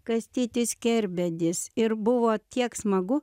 kastytis kerbedis ir buvo tiek smagu